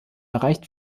erreicht